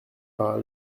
par